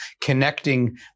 connecting